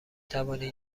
توانی